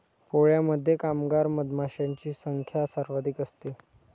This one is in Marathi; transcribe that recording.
पोळ्यामध्ये कामगार मधमाशांची संख्या सर्वाधिक असते